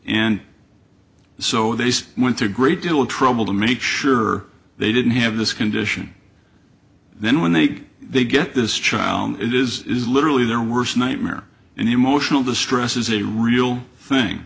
and so this went to a great deal of trouble to make sure they didn't have this condition then when they they get this child it is literally their worst nightmare an emotional distress is a real thing